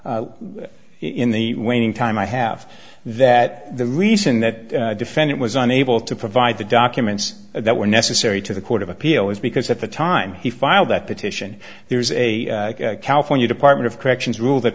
out in the waiting time i have that the reason that defendant was unable to provide the documents that were necessary to the court of appeal is because at the time he filed that petition there's a california department of corrections rule that